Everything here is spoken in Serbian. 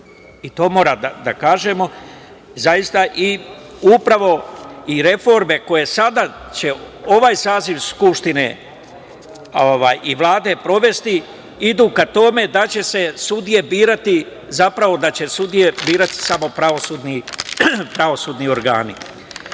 I to moramo da kažemo. Upravo i reforme koje će sad ovaj saziv Skupštine i Vlade sprovesti idu ka tome da će se sudije birati, zapravo da će sudije birati samo pravosudni organi. Što